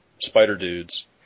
Spider-Dudes